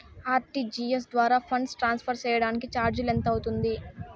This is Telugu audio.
ఆర్.టి.జి.ఎస్ ద్వారా ఫండ్స్ ట్రాన్స్ఫర్ సేయడానికి చార్జీలు ఎంత అవుతుంది